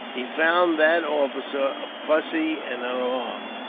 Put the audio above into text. he found that officer fussy, and alarmed.